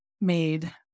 made